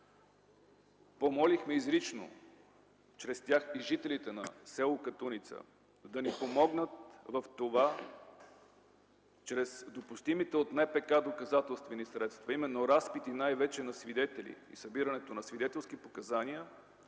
помолихме изрично чрез тях и жителите на с. Катуница да ни помогнат в това чрез допустимите от НПК доказателствени средства, именно разпити на свидетели, най-вече събирането на свидетелски показания,